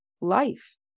life